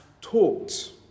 taught